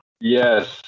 Yes